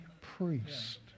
priest